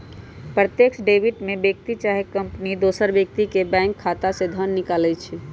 प्रत्यक्ष डेबिट में व्यक्ति चाहे कंपनी दोसर व्यक्ति के बैंक खता से धन निकालइ छै